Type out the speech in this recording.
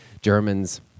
Germans